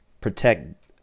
protect